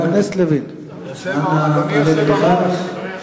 אני רוצה לענות לך.